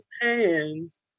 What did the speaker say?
hands